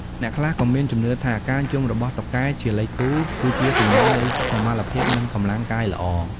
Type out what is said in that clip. អ្នកខ្លះមានជំនឿថា ការយំរបស់តុកែជាលេខគូ គឺជាសញ្ញានៃសុខុមាលភាព និងកម្លាំងកាយល្អ។